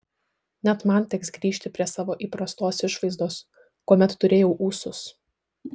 net man teks grįžti prie savo įprastos išvaizdos kuomet turėjau ūsus